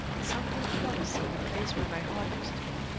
something flutters in the place where my heart used to be.